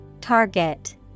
Target